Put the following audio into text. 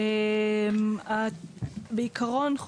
בעיקרון,